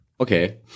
Okay